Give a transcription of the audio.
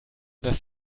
das